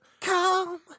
Come